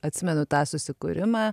atsimenu tą susikūrimą